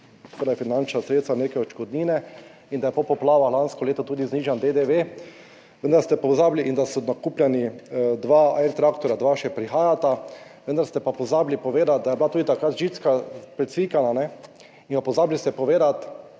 torej finančna sredstva, neke odškodnine in da je po poplavah lansko leto tudi znižan DDV, vendar ste pozabili, in da so nakupljeni dva / nerazumljivo/ traktorja, dva še prihajata, vendar ste pa pozabili povedati, da je bila tudi takrat žička precvikana in pa pozabili ste povedati,